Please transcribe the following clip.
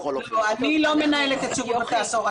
אני לא מנהלת את שירות בתי הסוהר.